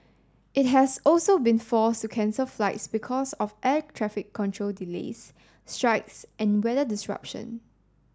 it has also been forced to cancel flights because of air traffic control delays strikes and weather disruption